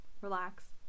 Relax